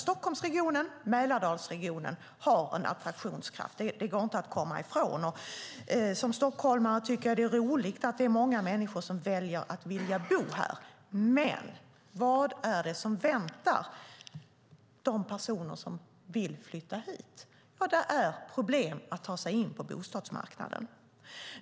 Stockholmsregionen och Mälardalsregionen har en attraktionskraft. Det går inte att komma ifrån. Som stockholmare tycker jag att det är roligt att många människor väljer att bo här. Men vad är det som väntar de personer som vill flytta hit? Jo, det är problem att ta sig in på bostadsmarknaden.